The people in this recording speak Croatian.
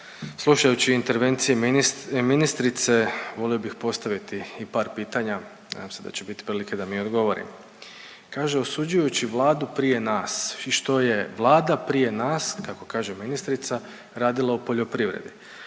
slušajući intervencije i ministrice volio bih postaviti i par pitanja. Nadam se da će biti prilike da mi odgovori. Kaže osuđujući Vladu prije nas i što je Vlada prije nas kako kaže ministrica radila u poljoprivredi.